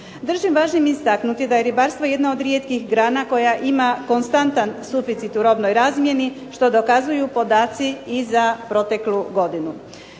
Držim važnim istaknuti da je ribarstvo jedna od rijetkih grana koja ima konstantan suficit u robnoj razmjeni što dokazuju i podaci za proteklu godinu.